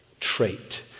trait